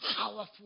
powerful